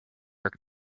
jerk